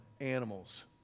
animals